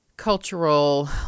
cultural